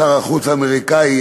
שר החוץ האמריקני,